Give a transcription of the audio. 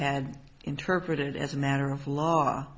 had interpreted as a matter of law